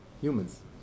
humans